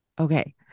Okay